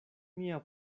mia